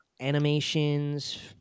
animations